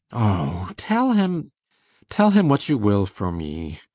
oh tell him tell him what you will, for me.